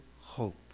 hope